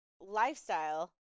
lifestyle